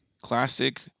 classic